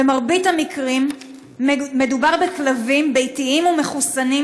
במרבית המקרים מדובר בכלבים ביתיים ומחוסנים,